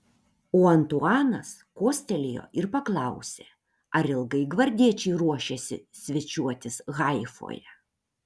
o antuanas kostelėjo ir paklausė ar ilgai gvardiečiai ruošiasi svečiuotis haifoje